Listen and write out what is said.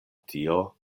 tio